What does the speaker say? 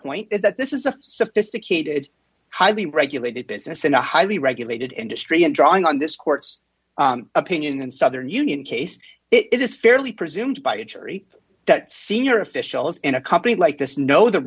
point is that this is a sophisticated highly regulated business in a highly regulated industry and drawing on this court's opinion and southern union case it is fairly presumed by a jury that senior officials in a company like this know the